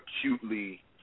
acutely